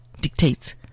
dictates